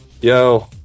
Yo